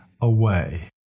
away